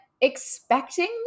expecting